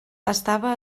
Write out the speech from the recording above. estava